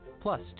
plus